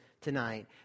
tonight